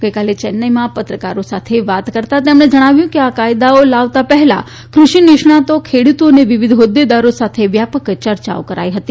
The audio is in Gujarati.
ગઇકાલે ચેન્નાઇમાં પત્રકારો સાથે વાત કરતા તેમણે જણાવ્યું કે આ કાયદાઓ લાવતા પહેલા કૃષિ નીષ્ણાંતો ખેડુતો અને વિવિધ હોદૃદારો સાથે વ્યાપક ચર્ચાઓ કરાઇ હતી